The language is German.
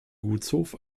gutshof